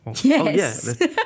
Yes